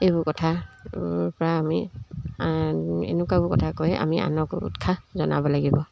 এইবোৰ কথা পৰা আমি এনেকুৱাবোৰ কথা কৈ আমি আনকো উৎসাহ জনাব লাগিব